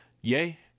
yay